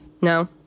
No